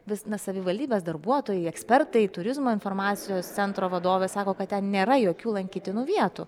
vis na savivaldybės darbuotojai ekspertai turizmo informacijos centro vadovė sako kad ten nėra jokių lankytinų vietų